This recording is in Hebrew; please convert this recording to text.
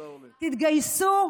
תודה, אורלי.